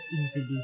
easily